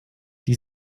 die